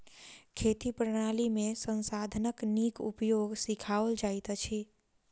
खेती प्रणाली में संसाधनक नीक उपयोग सिखाओल जाइत अछि